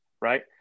right